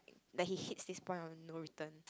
that he hits this point of no return